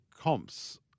comps